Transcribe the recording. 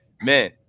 man